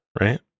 right